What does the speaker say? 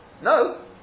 no